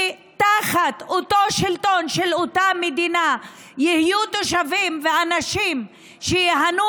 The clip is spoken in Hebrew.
שתחת אותו שלטון של אותה מדינה יהיו תושבים ואנשים שייהנו